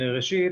ראשית,